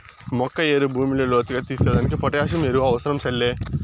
మొక్క ఏరు భూమిలో లోతుగా తీసేదానికి పొటాసియం ఎరువు అవసరం సెల్లే